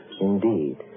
Indeed